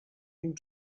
and